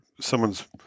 someone's